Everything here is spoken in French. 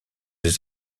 des